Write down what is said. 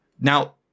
Now